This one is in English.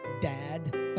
Dad